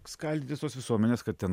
skaldytis tos visuomenės kad ten